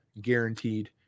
guaranteed